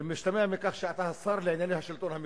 ומשתמע מכך שאתה השר לענייני השלטון המקומי,